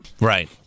Right